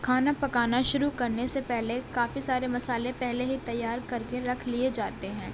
کھانا پکانا شروع کرنے سے پہلے کافی سارے مسالے پہلے ہی تیار کر کے رکھ لیے جاتے ہیں